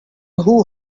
who